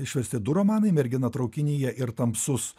išversti du romanai mergina traukinyje ir tamsus